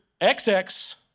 XX